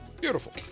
beautiful